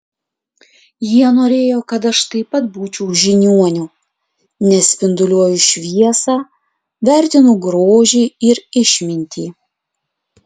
jie norėjo kad aš taip pat būčiau žiniuoniu nes spinduliuoju šviesą vertinu grožį ir išmintį